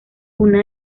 una